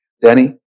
Danny